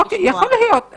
יכול להיות.